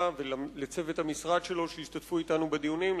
ולצוות המשרד שלו שהשתתפו אתנו בדיונים,